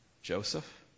Joseph